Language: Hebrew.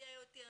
היה יותר.